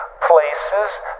Places